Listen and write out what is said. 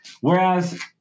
Whereas